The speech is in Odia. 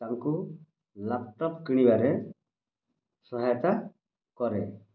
ତାଙ୍କୁ ଲ୍ୟାପଟପ୍ କିଣିବାରେ ସହାୟତା କରେ